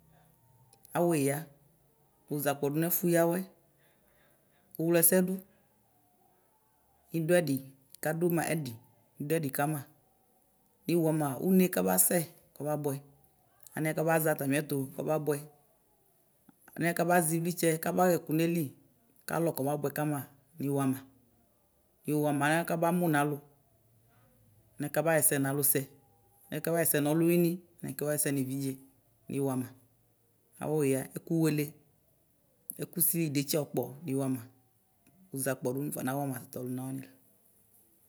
Awɛ eya wɔzɔ kpɔdʋ nʋ ɛfʋ yawɛ ʋwlɛsɛdʋ idʋ ɛdi kadʋ ma ɛdi, idʋ ɛdi kama iwama une ka basɛ kɔbabʋɛ anɛ kɔbazɛ atamiɛtʋ kɔbabʋɛ nɛ kabazɛ ivlitsɛ kabaxa ɛkʋ nayili kalɔ kɔbabʋɛ kama iwama iwama alɛ kaba mʋnʋ alʋ nɛkabaxɛ ɛsɛ nʋ alʋsɛ anɛ kɔbaxɛsɛ nʋ ɔlʋwini anɛ kɔba xɛsɛ nevidze iwama, awɛya ɛkʋwele ɛkʋsili idetsi ɔkpɔ iwama zakpɔdʋ nafɔna wama tɔluna wani.